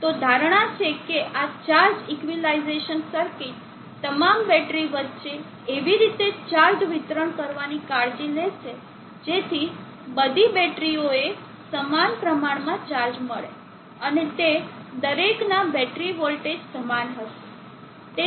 તો ધારણા છે કે આ ચાર્જ ઇક્વિલાઈઝેશન સર્કિટ તમામ બેટરી વચ્ચે એવી રીતે ચાર્જ વિતરણ કરવાની કાળજી લેશે જેથી બધી બેટરીઓને સમાન પ્રમાણમાં ચાર્જ મળે અને તે દરેકના બેટરી વોલ્ટેજ સમાન હશે